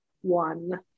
One